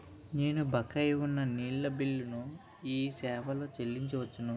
నేను బకాయి ఉన్న నీళ్ళ బిల్లును ఈ సేవాలో చెల్లించి వచ్చాను